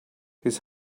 his